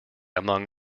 among